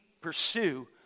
pursue